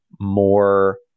more